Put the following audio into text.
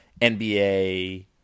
NBA –